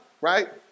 right